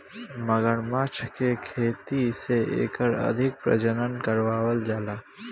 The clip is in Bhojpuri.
मगरमच्छ के खेती से एकर अधिक प्रजनन करावल जाला